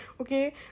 okay